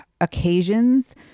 occasions